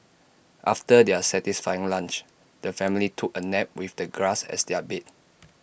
after their satisfying lunch the family took A nap with the grass as their bed